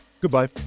goodbye